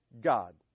god